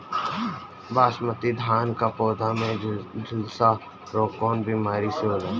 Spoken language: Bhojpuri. बासमती धान क पौधा में झुलसा रोग कौन बिमारी से होला?